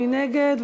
מי נגד?